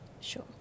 sure